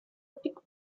pick